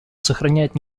сохраняет